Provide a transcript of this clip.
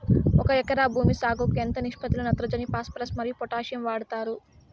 ఒక ఎకరా భూమి సాగుకు ఎంత నిష్పత్తి లో నత్రజని ఫాస్పరస్ మరియు పొటాషియం వాడుతారు